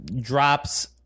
drops